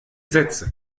sätze